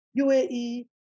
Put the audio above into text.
UAE